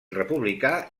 republicà